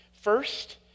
First